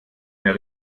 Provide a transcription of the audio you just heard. mehr